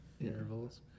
intervals